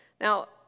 Now